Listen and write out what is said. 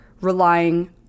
relying